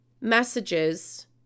Messages